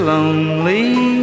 Lonely